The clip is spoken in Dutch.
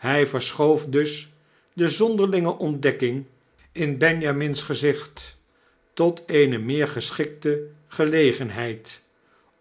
hy verschoof dus dezonderlinge ontdekking in benjamin's gezicht tot eene meer geschikte gelegenheid